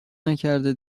نکرده